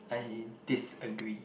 I disagree